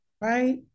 Right